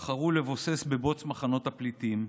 בחרו לבוסס בבוץ מחנות פליטים,